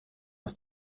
aus